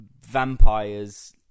vampires